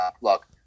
Look